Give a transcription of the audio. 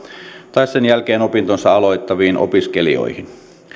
tai sen jälkeen opintonsa aloittaviin opiskelijoihin